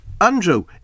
Andrew